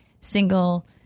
single